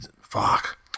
Fuck